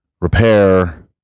Repair